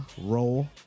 Roll